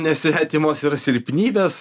nesvetimos yra silpnybės